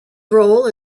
role